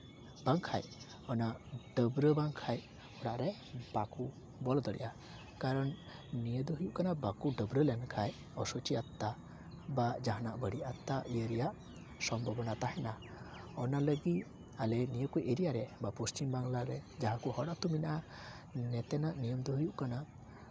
ᱵᱟᱝᱠᱷᱟᱱ ᱰᱟᱹᱵᱽᱨᱟᱹ ᱵᱟᱝᱠᱷᱟᱱ ᱚᱲᱟᱜ ᱨᱮ ᱵᱟᱠᱚ ᱵᱚᱞᱚ ᱫᱟᱲᱮᱭᱟᱜᱼᱟ ᱠᱟᱨᱚᱱ ᱱᱤᱭᱟᱹ ᱫᱚ ᱦᱩᱭᱩᱜ ᱠᱟᱱᱟ ᱵᱟᱠᱚ ᱰᱟᱹᱵᱽᱨᱟᱹ ᱞᱮᱱᱠᱷᱟᱱ ᱚᱥᱩᱪᱤ ᱟᱛᱛᱟ ᱥᱮ ᱡᱟᱦᱟᱱᱟᱜ ᱵᱟᱹᱲᱤᱡ ᱟᱛᱛᱟ ᱤᱭᱟᱹ ᱨᱮᱭᱟᱜ ᱥᱚᱢᱵᱷᱚᱵᱚᱱᱟ ᱛᱟᱦᱮᱱᱟ ᱚᱱᱟ ᱞᱟᱹᱜᱤᱫ ᱟᱞᱮ ᱱᱤᱭᱟᱹ ᱠᱚ ᱮᱨᱤᱭᱟ ᱨᱮ ᱯᱚᱥᱪᱤᱢᱵᱟᱝᱞᱟ ᱨᱮ ᱡᱟᱦᱟᱸ ᱠᱚ ᱦᱚᱲ ᱟᱹᱛᱩ ᱢᱮᱱᱟᱜᱼᱟ ᱱᱚᱛᱮᱱᱟᱜ ᱱᱤᱭᱚᱢ ᱫᱚ ᱦᱩᱭᱩᱜ ᱠᱟᱱᱟ